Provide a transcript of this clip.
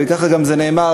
וככה גם זה נאמר,